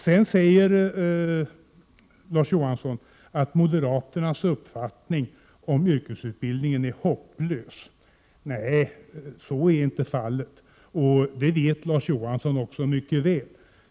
Sedan säger Larz Johansson att moderaternas uppfattning om yrkesutbildning är hopplös. Nej, så är inte fallet. Det vet Larz Johansson också mycket väl.